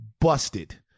busted